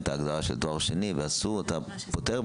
את ההגדרה של תואר שני ועשו אתה פוטר?